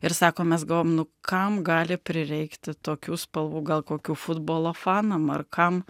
ir sako mes galvojom nu kam gali prireikti tokių spalvų gal kokių futbolo fanam ar kam